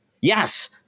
Yes